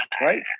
right